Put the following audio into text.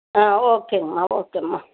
ஆ ஓகேங்கம்மா ஓகேம்மா